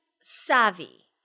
savvy